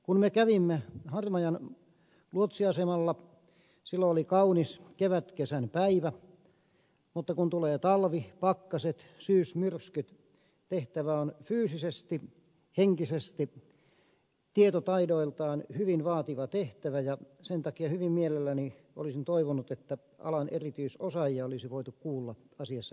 kun me kävimme harmajan luotsiasemalla silloin oli kaunis kevätkesän päivä mutta kun tulee talvi pakkaset syysmyrskyt tehtävä on fyysisesti henkisesti tietotaidoiltaan hyvin vaativa tehtävä ja sen takia hyvin mielelläni olisin toivonut että alan erityisosaajia olisi voitu kuulla asiassa